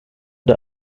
der